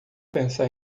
pensar